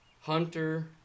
hunter